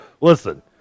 listen